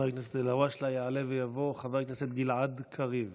יעלה ויבוא חבר הכנסת גלעד קריב,